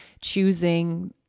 choosing